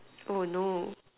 oh no